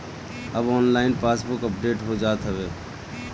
अब online passbook update हो जात हवे